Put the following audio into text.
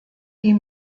die